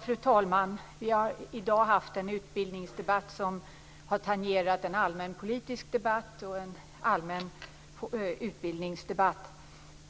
Fru talman! Vi har i dag haft en utbildningsdebatt som har tangerat en allmänpolitisk debatt och en allmän utbildningsdebatt.